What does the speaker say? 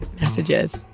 messages